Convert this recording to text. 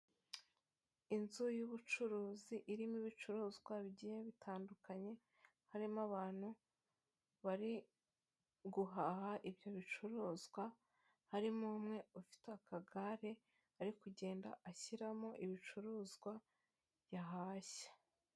Inzu y'ubucuruzi irimo ibicuruzwa bigiye bitandukanye, harimo abantu bari guhaha, ibyo bicuruzwa harimo umwe ufite akagare ari kugenda ashyiramo ibicuruzwa yahashye.